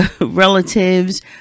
relatives